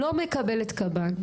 לא מקבלת קב"ן,